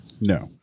no